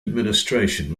administration